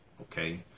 okay